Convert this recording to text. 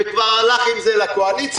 וכבר הלך עם זה לקואליציה.